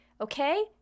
Okay